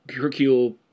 Hercule